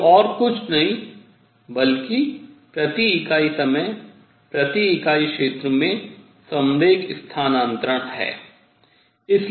जो और कुछ भी नहीं बल्कि प्रति इकाई समय प्रति इकाई क्षेत्र में संवेग स्थानांतरण है